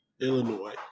Illinois